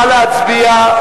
נא להצביע,